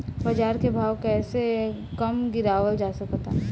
बाज़ार के भाव कैसे कम गीरावल जा सकता?